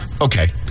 Okay